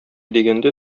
дигәндә